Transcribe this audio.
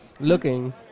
Looking